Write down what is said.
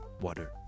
water